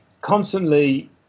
constantly